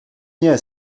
nie